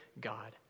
God